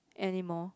anymore